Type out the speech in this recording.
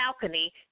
balcony